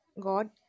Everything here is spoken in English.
God